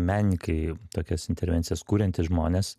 menininkai tokias intervencijas kuriantys žmonės